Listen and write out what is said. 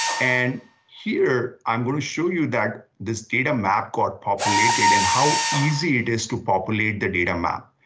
and here, i'm going to show you that this data map got populated and how easy it is to populate the data map.